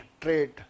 trade